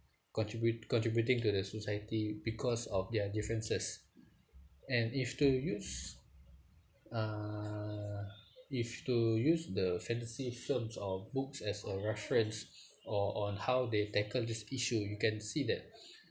contribut~ contributing to the society because of their differences and if you were to use ah if you were to use the fantasy films or books as a reference or on how they tackle this issue you can see that